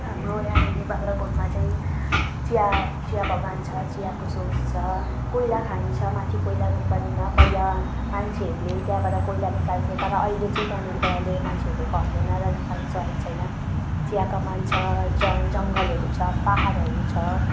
हाम्रो यहाँनिर बाग्राकोटमा चाहिँ चिया चियाबगान छ चियाको सोर्स छ कोइलाखानी छ माथि कोइला कम्पनीमा पहिला मान्छेहरूले त्यहाँबाट कोइला निकाल्थे तर अहिले चाहिँ त्यहाँनिरबाट मान्छेहरूले खन्दैन र निकाल्नसकेको छैन चियाकमान छ जङ्ग जङ्गलहरू छ पाहाडहरू छ